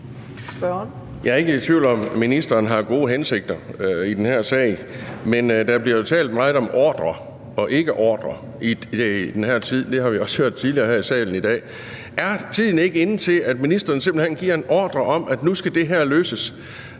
Jeg er ikke i tvivl om, at ministeren har gode hensigter i den her sag. Men der bliver jo talt meget om ordrer og ikke-ordrer i den her tid – det har vi også hørt tidligere i dag her i salen. Så er tiden ikke inde til, at ministeren simpelt hen giver en ordre om, at nu skal det her løses?